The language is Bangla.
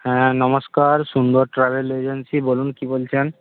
হ্যাঁ নমস্কার সুন্দর ট্রাভেল এজেন্সি বলুন কি বলছেন